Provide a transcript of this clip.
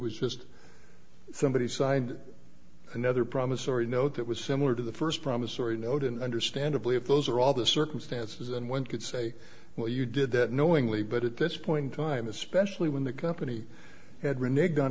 was just somebody signed another promissory note that was similar to the first promissory note and understandably if those are all the circumstances and one could say well you did that knowingly but at this point in time especially when the company had reneged on